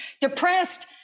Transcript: depressed